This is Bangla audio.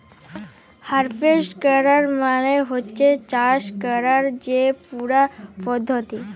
হারভেস্ট ক্যরা মালে হছে চাষ ক্যরার যে পুরা পদ্ধতি